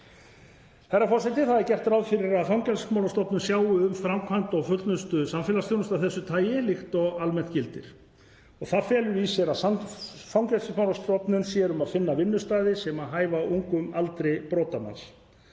Herra forseti. Það er gert ráð fyrir að Fangelsismálastofnun sjái um framkvæmd og fullnustu samfélagsþjónustu af þessu tagi líkt og almennt gildir. Það felur í sér að Fangelsismálastofnun sér um að finna vinnustaði sem hæfa ungum aldri brotamanns.